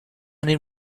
need